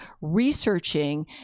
researching